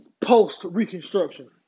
post-reconstruction